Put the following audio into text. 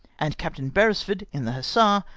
and captain beresford, in the hussar,